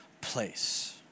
place